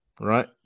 right